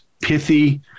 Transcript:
pithy